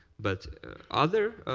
but other